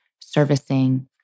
servicing